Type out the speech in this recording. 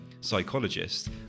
psychologist